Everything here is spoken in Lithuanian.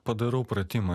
padarau pratimą